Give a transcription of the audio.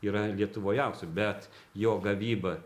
yra lietuvoj aukso bet jo gavyba